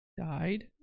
Died